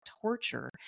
torture